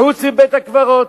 חוץ מבית-הקברות.